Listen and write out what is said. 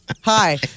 hi